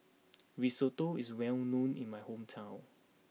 Risotto is well known in my hometown